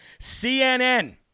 CNN